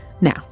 Now